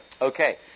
Okay